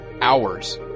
hours